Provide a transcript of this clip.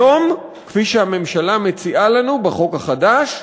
היום, כפי שהממשלה מציעה לנו בחוק החדש,